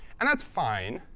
and that's fine,